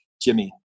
Jimmy